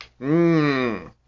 Mmm